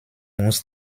muss